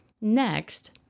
Next